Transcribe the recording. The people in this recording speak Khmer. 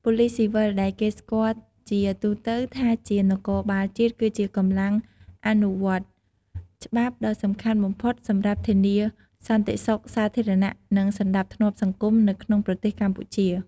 ប៉ូលិសស៊ីវិល ដែលគេស្គាល់ជាទូទៅថាជានគរបាលជាតិ គឺជាកម្លាំងអនុវត្តច្បាប់ដ៏សំខាន់បំផុតសម្រាប់ធានាសន្តិសុខសាធារណៈ និងសណ្ដាប់ធ្នាប់សង្គមនៅក្នុងប្រទេសកម្ពុជា។